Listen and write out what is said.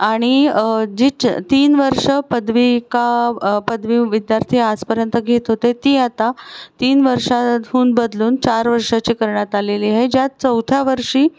आणि जी च तीन वर्षं पदवीका पदवी विद्यार्थी आजपर्यंत घेत होते ती आता तीन वर्षांतून बदलून चार वर्षांची करण्यात आलेली आहे ज्यात चौथ्या वर्षी